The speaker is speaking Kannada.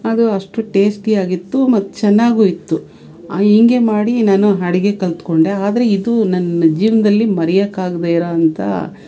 ಅದು ಅಷ್ಟು ಟೇಸ್ಟಿಯಾಗಿತ್ತು ಮತ್ತು ಚೆನ್ನಾಗು ಇತ್ತು ಹಿಂಗೆ ಮಾಡಿ ನಾನು ಅಡ್ಗೆ ಕಲಿತ್ಕೊಂಡೆ ಆದ್ರೆ ಇದು ನನ್ನ ಜೀವನದಲ್ಲಿ ಮರೆಯಕ್ಕಾಗದೆ ಇರೋ ಅಂಥ